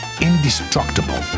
Indestructible